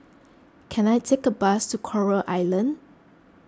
can I take a bus to Coral Island